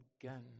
again